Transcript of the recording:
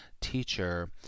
teacher